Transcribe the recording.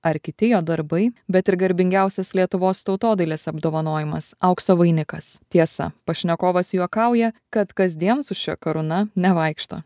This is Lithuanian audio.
ar kiti jo darbai bet ir garbingiausias lietuvos tautodailės apdovanojimas aukso vainikas tiesa pašnekovas juokauja kad kasdien su šia karūna nevaikšto